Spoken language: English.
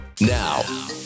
Now